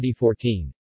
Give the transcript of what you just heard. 2014